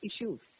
issues